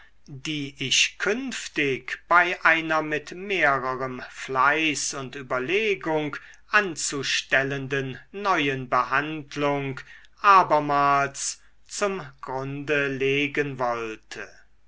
die ich künftig bei einer mit mehrerem fleiß und überlegung anzustellenden neuen behandlung abermals zum grunde legen wollte